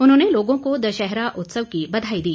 उन्होंने लोगों को दशहरा उत्सव की बधाई दी